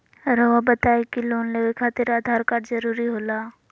रौआ बताई की लोन लेवे खातिर आधार कार्ड जरूरी होला?